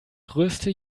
größte